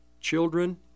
children